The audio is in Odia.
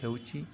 ହେଉଛି